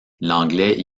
l’anglais